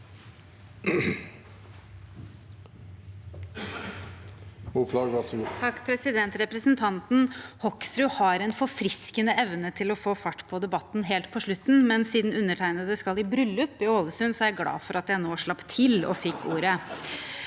Representanten Hoks- rud har en forfriskende evne til å få fart på debatten helt på slutten, men siden jeg skal i bryllup i Ålesund, er jeg glad for at jeg nå slapp til og fikk ordet.